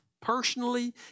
personally